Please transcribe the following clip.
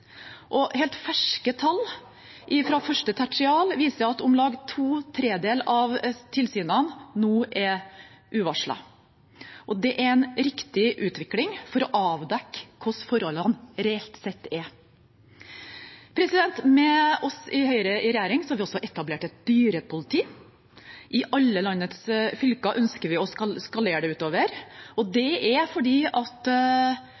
Helt ferske tall fra første tertial viser at om lag to tredjedeler av tilsynene nå er uvarslet. Det er en riktig utvikling for å avdekke hvordan forholdene reelt sett er. Med Høyre i regjering har vi også etablert et dyrepoliti. I alle landets fylker ønsker vi å skalere det utover, for dette setter fokus på at